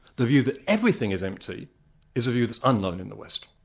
the view that everything is empty is a view that's unknown in the west.